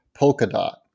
Polkadot